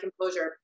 composure